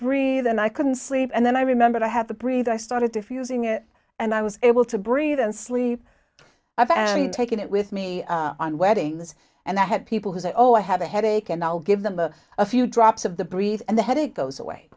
breathe and i couldn't sleep and then i remember i had to breathe i started to fusing it and i was able to breathe and sleep i've taken it with me on weddings and i have people who say oh i have a headache and i'll give them a few drops of the breathe and the headache goes away